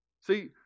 See